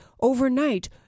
overnight